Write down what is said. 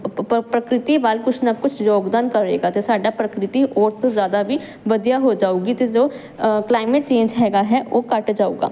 ਪਰ ਪ੍ਰਕ੍ਰਿਤੀ ਵੱਲ ਕੁਛ ਨਾ ਕੁਛ ਯੋਗਦਾਨ ਕਰੇਗਾ ਤੇ ਸਾਡਾ ਪ੍ਰਕ੍ਰਿਤੀ ਔਸਤ ਜਿਆਦਾ ਵੀ ਵਧੀਆ ਹੋ ਜਾਊਗੀ ਤੇ ਜੋ ਕਲਾਈਮੇਟ ਚੇਂਜ ਹੈਗਾ ਹੈ ਉਹ ਘੱਟ ਜਾਊਗਾ